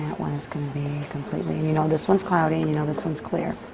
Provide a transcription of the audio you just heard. one is gonna be completely and you know this one's cloudy and you know this one's clear.